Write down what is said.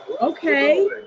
Okay